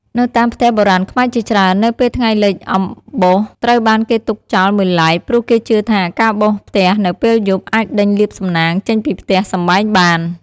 នៅតាមផ្ទះបុរាណខ្មែរជាច្រើន នៅពេលថ្ងៃលិចអំបោសត្រូវបានគេទុកចោលមួយឡែក ព្រោះគេជឿថា ការបោសផ្ទះនៅពេលយប់អាចដេញលាភសំណាងចេញពីផ្ទះសម្បែងបាន។